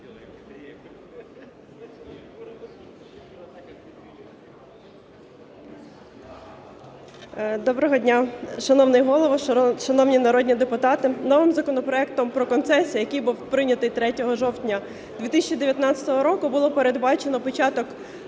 Доброго дня, шановний Голово, шановні народні депутати! Новим законопроектом про концесію, який був прийнятий 3 жовтня 2019 року, було передбачено початок